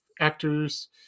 actors